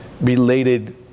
related